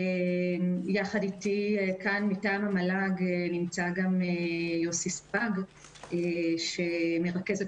יחד איתי כאן מטעם המל"ג נמצא יוסי סבג שמרכז את